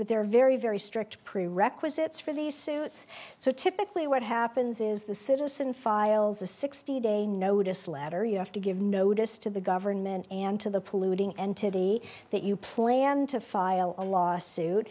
but there are very very strict prerequisites for these suits so typically what happens is the citizen files a sixty day notice letter you have to give notice to the government and to the polluting entity that you plan to file a lawsuit